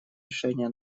решения